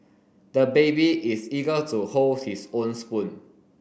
the baby is eager to hold his own spoon